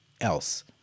else